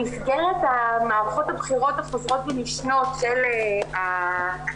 במסגרת מערכות הבחירות החוזרות ונשנות של הכנסת,